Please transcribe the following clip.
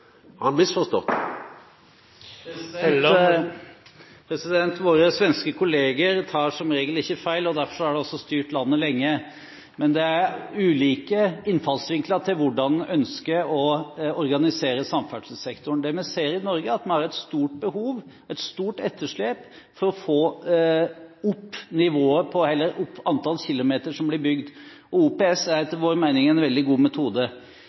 han misforstått? Våre svenske kolleger tar som regel ikke feil, og derfor har de også styrt landet lenge. Men det er ulike innfallsvinkler til hvordan en ønsker å organisere samferdselssektoren. Det vi ser i Norge, er at vi har et stort behov for – et stort etterslep i – å få opp antall kilometer som blir bygd. OPS er etter vår mening en veldig god metode.